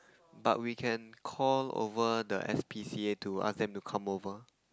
but we can call over the S_P_C_A to ask them to come over